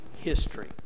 history